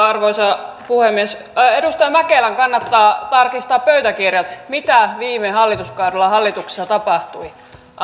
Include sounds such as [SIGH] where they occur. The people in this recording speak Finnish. [UNINTELLIGIBLE] arvoisa puhemies edustaja mäkelän kannattaa tarkistaa pöytäkirjat mitä viime hallituskaudella hallituksessa tapahtui